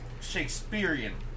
Shakespearean